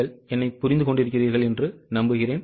நீங்கள் என்னைப் புரிந்து கொண்டிருக்கிறீர்களா